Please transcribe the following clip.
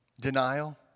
Denial